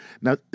Now